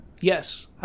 Yes